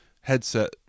headset